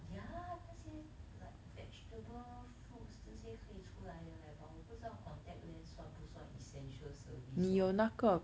ya 那些 like vegetable foods 这些可以出来的 leh but 我不知道 contact lens 算不算 essential service lor